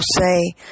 say